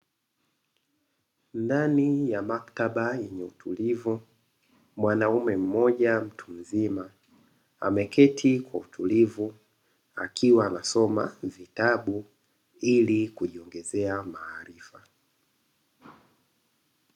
Ndani ya maktaba yenye utulivu mwanaume mmoja mtu mzima ameketi kwa utulivu akiwa anasoma vitabu ili kujiongezea maarifa.